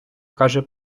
каже